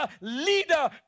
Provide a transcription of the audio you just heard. leader